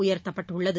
உயர்த்தப்பட்டுள்ளது